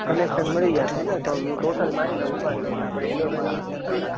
connection મળી જાશે ને તો હું ટોટલ મારી લઉં ઉભા રહ્યો એટલે આપડે હેલોજનના વીસ હજાર